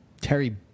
Terry